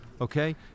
okay